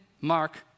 Mark